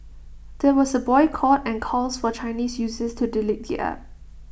there was A boycott and calls for Chinese users to delete the app